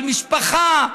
על משפחה,